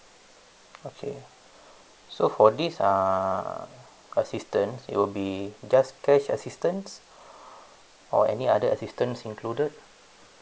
okay so for this uh assistance it will be just cash assistance or any other assistance included